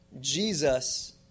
Jesus